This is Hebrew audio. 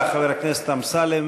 בבקשה, חבר הכנסת אמסלם.